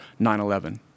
9-11